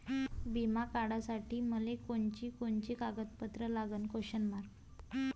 बिमा काढासाठी मले कोनची कोनची कागदपत्र लागन?